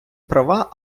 права